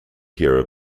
hero